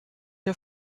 der